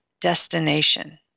destination